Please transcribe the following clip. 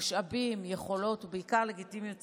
משאבים, יכולות, ובעיקר לגיטימיות ציבורית,